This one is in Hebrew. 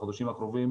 החודשים הקרובים